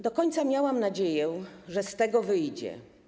Do końca miałam nadzieję, że z tego wyjdzie.